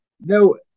no